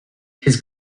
his